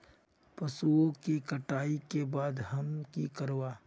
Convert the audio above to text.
पशुओं के कटाई के बाद हम की करवा?